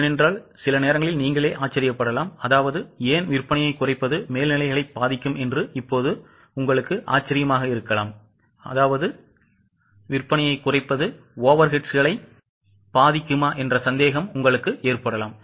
ஏன் விற்பனையை குறைப்பது மேல்நிலைகளை பாதிக்கும் என்று இப்போது நீங்கள் ஆச்சரியப்படலாம்